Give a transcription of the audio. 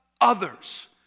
others